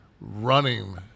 running